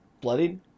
Bloodied